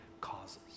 causes